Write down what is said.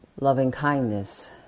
loving-kindness